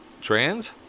trans